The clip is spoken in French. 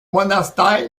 monastère